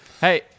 Hey